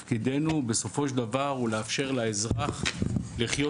בסופו של דבר תפקידנו הוא לאפשר לאזרח לחיות